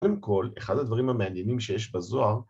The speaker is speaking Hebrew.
קודם כל אחד הדברים המעניינים שיש בזוהר